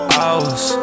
hours